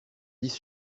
dix